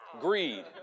Greed